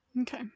okay